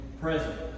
present